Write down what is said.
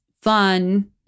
fun